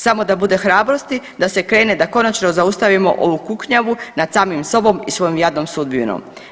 Samo da bude hrabrosti da se krene, da konačno zaustavimo ovu kuknjavu nad samim sobom i svojom jadnom sudbinom.